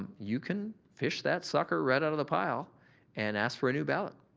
um you can fish that sucker right out of the pile and ask for a new ballot.